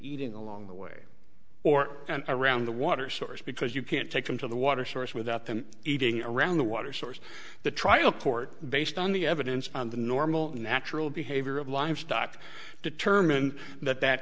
eating along the way or around the water source because you can't take them to the water source without them eating around the water source the trial court based on the evidence and the normal natural behavior of livestock determined that that